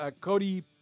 Cody